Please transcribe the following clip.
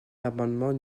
l’amendement